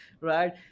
right